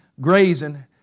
grazing